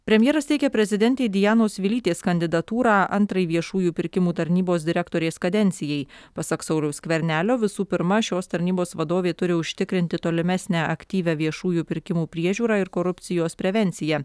premjeras teikia prezidentei dianos vilytės kandidatūrą antrai viešųjų pirkimų tarnybos direktorės kadencijai pasak sauliaus skvernelio visų pirma šios tarnybos vadovė turi užtikrinti tolimesnę aktyvią viešųjų pirkimų priežiūrą ir korupcijos prevenciją